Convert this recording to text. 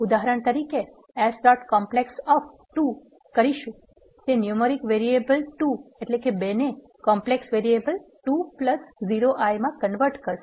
ઉદાહરણ તરીકે S dot complex of ૨ કરશુ તે ન્યુમેરિક વેરિએબલ બે૨ ને કોમ્પલેક્સ વેરિએબલ 20i માં કન્વર્ટ કરશે